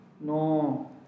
No